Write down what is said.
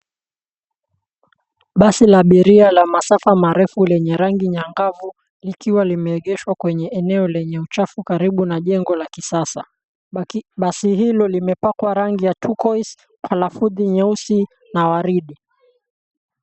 Basi la abiria la masafa marefu lenye rangi nyangavu, likiwa limeegeshwa kwenye eneo lenye uchafu karibu na jengo la kisasa. Basi hilo limepakwa rangi ya turquoise na lafudhi nyeusi na waridi.